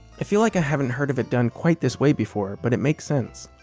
i feel like i haven't heard of it done quite this way before, but it makes sense.